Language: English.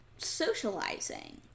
socializing